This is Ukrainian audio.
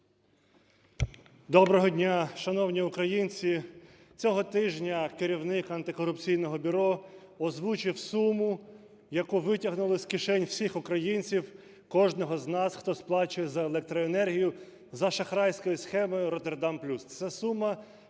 Доброго дня, шановні українці! Цього тижня керівник Антикорупційного бюро озвучив суму, яку витягнули з кишень всіх українців, кожного з нас, хто сплачує за електроенергію, за шахрайською схемою "Роттердам плюс".